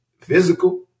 physical